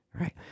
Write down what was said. Right